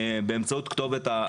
באמצעות כתובת המייל.